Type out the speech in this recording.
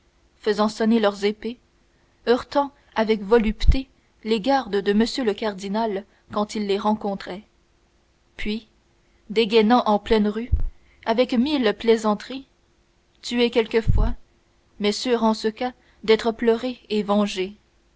faisant sonner leurs épées heurtant avec volupté les gardes de m le cardinal quand ils les rencontraient puis dégainant en pleine rue avec mille plaisanteries tués quelquefois mais sûrs en ce cas d'être pleurés et vengés